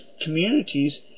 communities